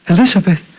Elizabeth